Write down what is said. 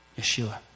Yeshua